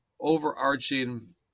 overarching